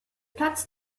platz